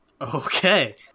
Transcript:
okay